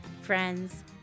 Friends